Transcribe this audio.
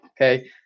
okay